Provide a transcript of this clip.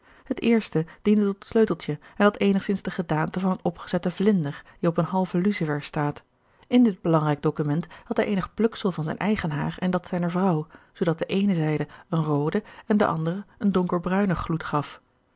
het eerste diende tot sleuteltje en had eenigzins de gedaante van een opgezetten vlinder die op een halven lucifer staat in dit belangrijk document had hij eenig pluksel van george een ongeluksvogel zijn eigen haar en dat zijner vrouw zoodat de eene zijde een rooden en de andere een donkerbruinen gloed gaf